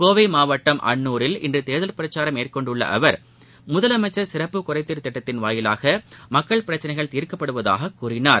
கோவைமாவட்டம் அன்னூரில் இன்றுதேர்தல் பிரச்சாரம் மேற்கொண்டுள்ளஅவர் முதலமைச்சர் சிறப்பு குறைதீர் திட்டத்தின்மூலம் மக்கள் பிரச்சனைகள் தீர்க்கப்படுவதாககூறினார்